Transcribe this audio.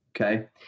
Okay